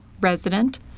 resident